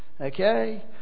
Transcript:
Okay